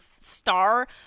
star